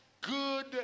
good